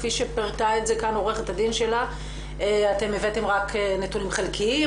כפי שפירטה את זה גם עורכת הדין שלה אתם הבאתם רק נתונים חלקיים,